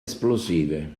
esplosive